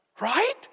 Right